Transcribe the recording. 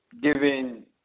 giving